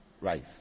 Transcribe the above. Rice